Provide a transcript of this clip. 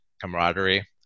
camaraderie